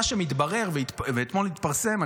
מה שהתברר והתפרסם אתמול,